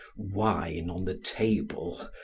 wine on the table,